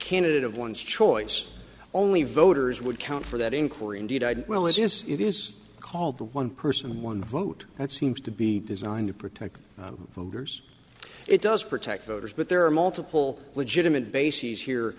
candidate of one's choice only voters would count for that inquiry indeed i'd willis is it is called one person one vote that seems to be designed to protect voters it does protect voters but there are multiple legitimate bases here